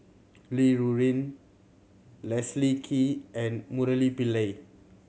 Li Rulin Leslie Kee and Murali Pillai